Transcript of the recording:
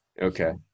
Okay